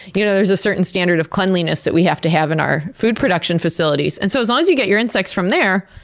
you know there's a certain standard of cleanliness that we have to have in our food production facilities. and so as long as you get your insects from there,